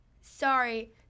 sorry